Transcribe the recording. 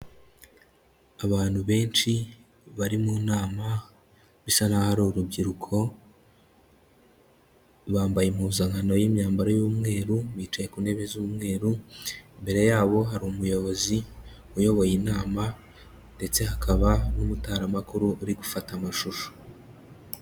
Abantu benshi bari mu nama bisa naho ari urubyiruko, bambaye impuzankano y'imyambaro y'umweru, bicaye ku ntebe z'umweru, imbere yabo hari umuyobozi uyoboye inama ndetse hakaba n'umutaramakuru uri gufata amashusho.